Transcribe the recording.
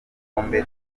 igikombe